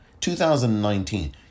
2019